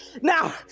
Now